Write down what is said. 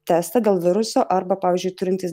testą dėl viruso arba pavyzdžiui turintys